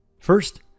First